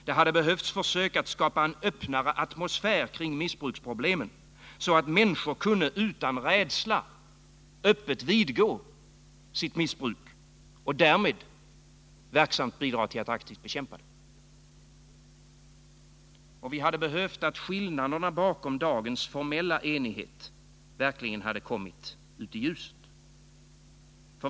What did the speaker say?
Det hade behövts försök att skapa en öppnare atmosfär kring missbruksproblemen, så att människor utan rädsla öppet kunde vidgå sitt missbruk och därmed verksamt bidra till att aktivt bekämpa det. Vi hade behövt att skillnaderna bakom dagens formella enighet verkligen hade kommit ut i ljuset.